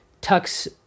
tucks